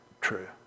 true